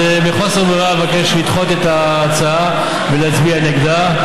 אז מחוסר ברירה אבקש לדחות את ההצעה ולהצביע נגדה.